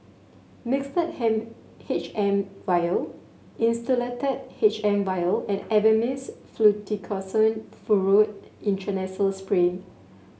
Mixtard H M vial Insulatard H M vial and Avamys Fluticasone Furoate Intranasal Spray